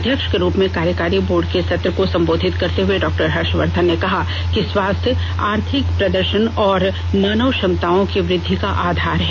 अध्यक्ष के रूप में कार्यकारी बोर्ड के सत्र को सम्बोधित करते हुए डॉक्टर हर्षवर्धन ने कहा कि स्वास्थ्य आर्थिक प्रदर्शन और मानव क्षमताओं में वृद्धि का आधार है